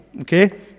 okay